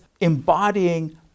embodying